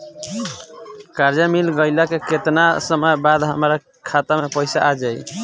कर्जा मिल गईला के केतना समय बाद हमरा खाता मे पैसा आ जायी?